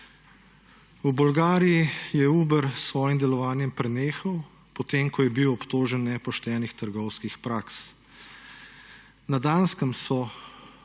V Bolgariji je Uber s svojim delovanjem prenehal, potem ko je bil obtožen nepoštenih trgovskih praks. Na Danskem so